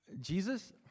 Jesus